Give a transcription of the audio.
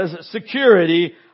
security